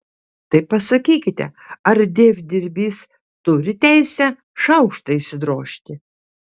tai pasakykite ar dievdirbys turi teisę šaukštą išsidrožti